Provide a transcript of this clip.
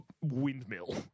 windmill